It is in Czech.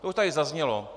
To už tady zaznělo.